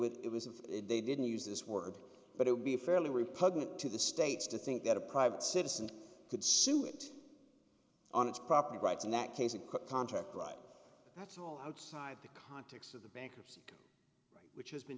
with it was of they didn't use this word but it would be fairly repugnant to the states to think that a private citizen could sue it on its property rights in that case it could contract right that's all outside the context of the bankruptcy right which has been